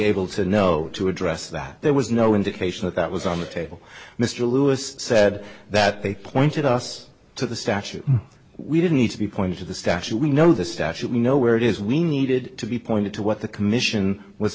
able to know to address that there was no indication that that was on the table mr lewis said that they pointed us to the statute we didn't need to be pointed to the statue we know the statute we know where it is we needed to be pointed to what the commission was